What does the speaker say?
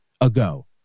ago